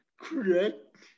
correct